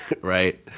right